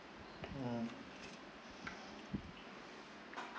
mm